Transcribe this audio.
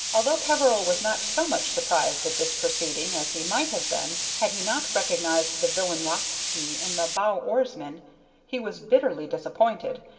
although peveril was not so much surprised at this proceeding as he might have been had he not recognized the villain rothsky in the bow-oarsman, he was bitterly disappointed,